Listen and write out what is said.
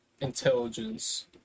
intelligence